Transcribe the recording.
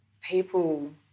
people